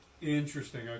Interesting